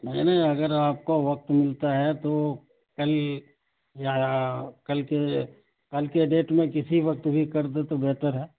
نہیں نہیں اگر آپ کو وقت ملتا ہے تو کل یا کل کے کل کے ڈیٹ میں کسی وقت بھی کر دے تو بہتر ہے